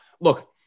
look